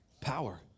power